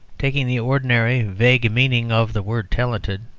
taking the ordinary vague meaning of the word talented,